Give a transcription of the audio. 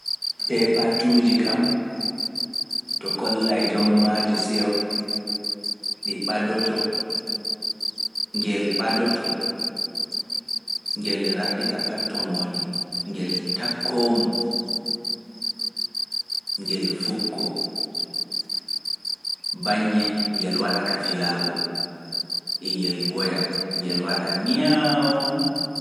Peepatuuji kam to kollai jommaaji seyo ɗi ɓadoto, ngel ɓadoto, ngel raɓɓita patto mo woni, ngel takkoo mo, ngel fukkoo, baññe ngel waɗa ka filaago, ngel woya, ngel waɗa miyaawu.